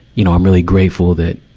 you know, i'm really grateful that,